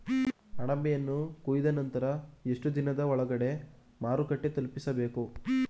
ಅಣಬೆಯನ್ನು ಕೊಯ್ದ ನಂತರ ಎಷ್ಟುದಿನದ ಒಳಗಡೆ ಮಾರುಕಟ್ಟೆ ತಲುಪಿಸಬೇಕು?